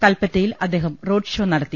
കല്പറ്റയിൽ അദ്ദേഹം road show നടത്തി